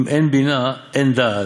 "אם אין בינה, אין דעת.